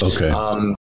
Okay